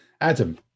adam